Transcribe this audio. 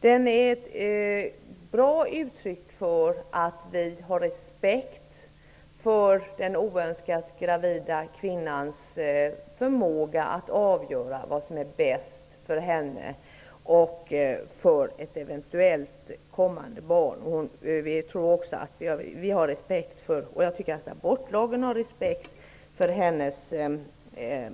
Den är ett bra uttryck för att vi har respekt för den oönskat gravida kvinnans förmåga att avgöra vad som är bäst för henne och för ett eventuellt kommande barn. Vi visar respekt -- och också abortlagen -- för hennes